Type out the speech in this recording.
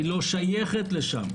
היא לא שייכת לשם.